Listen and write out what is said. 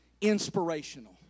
inspirational